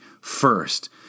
first